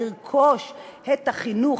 לרכוש את החינוך,